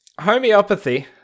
Homeopathy